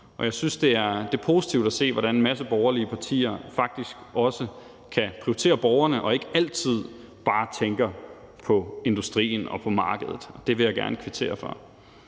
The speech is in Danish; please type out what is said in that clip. mig. Jeg synes, det er positivt at se, hvordan en masse borgerlige partier faktisk også kan prioritere borgerne og ikke altid bare tænker på industrien og på markedet. Det vil jeg gerne kvittere for.